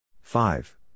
Five